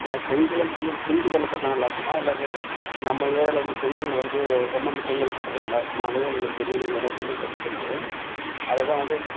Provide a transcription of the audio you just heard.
செங்கல்லுன்னு வந்து இந்த சிமெண்ட்டு கல்லு கட்டினா நல்லா இருக்குமா இல்லை இது நம்ம ஏரியாவில் வந்து செங்கல் வந்து செம்மண் செங்கல் கட்டுறது நல்லா இருக்குமா அதாவது உங்களுக்கு தெரியும் நீங்கள் நிறையா பில்டிங் கட்டிக்கிறிங்க அது தான் வந்து